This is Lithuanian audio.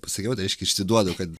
pasakiau tai reiškia išsiduodu kad